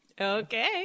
Okay